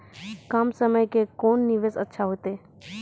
कम समय के कोंन निवेश अच्छा होइतै?